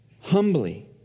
humbly